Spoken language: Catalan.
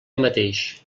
mateix